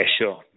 sure